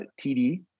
TD